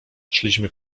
szliśmy